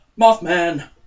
Mothman